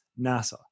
NASA